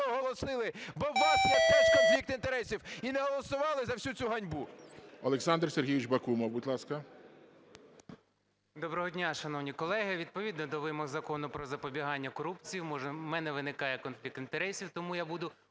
Олександр Сергійович Бакумов, будь ласка. 11:50:04 БАКУМОВ О.С. Доброго дня, шановні колеги! Відповідно до вимог Закону "Про запобігання корупції" в мене виникає конфлікт інтересів, тому я буду